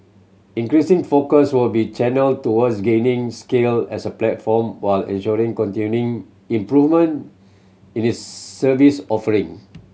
increasing focus will be channelled towards gaining scale as a platform while ensuring continuing improvement in its service offering